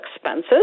expenses